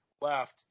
left